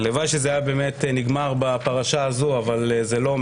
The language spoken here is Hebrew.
הלוואי שזה היה נגמר בפרשה הזו אבל זה לא.